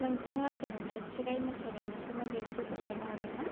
नोंथाङा जोंनो खेराइ मोसानायनि सोमोन्दै एसे फोरमायनो हागोनना